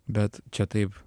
bet čia taip